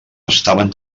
estaven